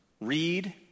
read